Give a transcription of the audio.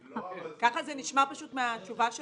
כך זה נשמע פשוט מהתשובה שלך.